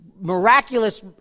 miraculous